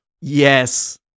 Yes